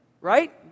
Right